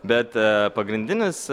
bet pagrindinis